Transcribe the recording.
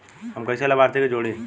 हम कइसे लाभार्थी के जोड़ी?